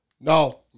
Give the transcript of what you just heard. No